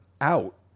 out